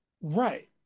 Right